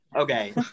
Okay